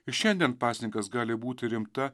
ir šiandien pasninkas gali būti rimta